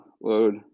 load